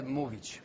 mówić